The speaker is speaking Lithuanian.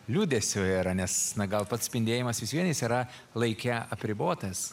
liūdesio yra nes na gal pats spindėjimas vis vien jis yra laike apribotas